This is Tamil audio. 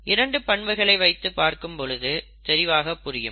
இரண்டு பண்புகளை வைத்துப் பார்க்கும்போது தெளிவாக புரியும்